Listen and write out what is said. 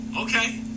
okay